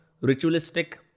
ritualistic